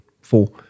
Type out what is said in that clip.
four